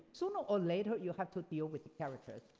sooner or later, you have to deal with characters.